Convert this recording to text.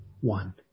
one